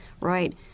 Right